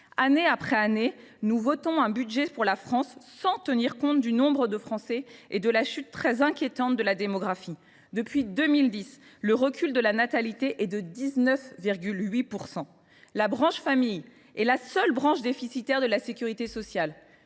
Année après année, nous votons un budget pour la France sans tenir compte du nombre de Français et de la chute très inquiétante de la démographie. Depuis 2010, le recul de la natalité est de 19,8 %. La branche famille est la seule branche déficitaire de la sécurité sociale